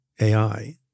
AI